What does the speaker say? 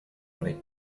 great